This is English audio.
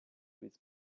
with